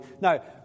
Now